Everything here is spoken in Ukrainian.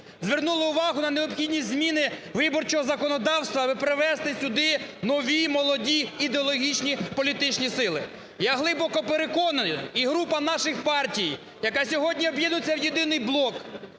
звернули увагу на необхідність зміни виборчого законодавства аби привести сюди нові молоді ідеологічні політичні сили. Я глибоко переконаний, і група наших партій, яка сьогодні об'єднується в єдиний блок,